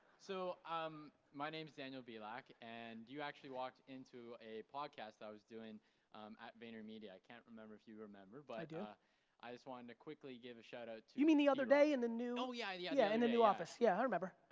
so um my name's daniel belak and you actually walked into a podcast i was doing at vaynermedia, i can't remember if you remember, but i do. i just wanted to quickly give a shout out to you mean the other day in the new oh, yeah, yeah, yeah yeah, in the new office. yeah, i remember.